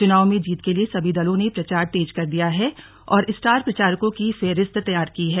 चुनाव में जीत के लिए सभी दलों ने प्रचार तेज कर दिया है और स्टार प्रचारकों की फेहरिस्त तैयार की है